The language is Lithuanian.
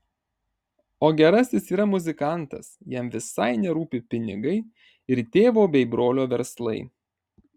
o gerasis yra muzikantas jam visai nerūpi pinigai ir tėvo bei brolio verslai